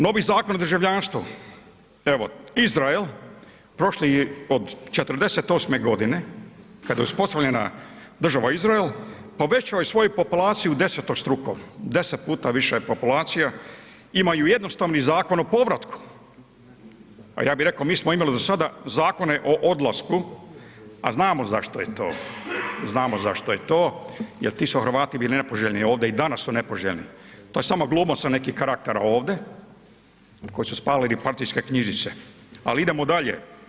Novi Zakon o državljanstvu, evo Izrael, prošli od '48.g. kad je uspostavljena država Izrael, povećao je svoju populaciju desetostruko, deset puta više populacija, imaju jednostavni Zakon o povratku, a ja bi reko mi smo imali do sada zakone o odlasku, a znamo zašto je to, znamo zašto je to, jel ti su Hrvati bili nepoželjni ovde i danas su nepoželjni, to je samo gluma sad nekih karaktera ovde koji su spalili partijske knjižice, ali idemo dalje.